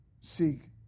seek